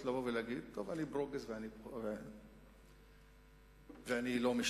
לבוא ולהגיד שאני ברוגז ואני לא משתתף,